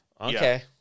Okay